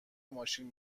ماشین